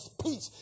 speech